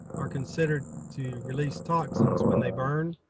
are considered to release toxins when they burn.